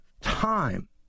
time